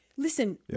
Listen